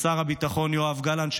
לשר הביטחון יואב גלנט,